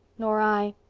nor i.